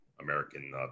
American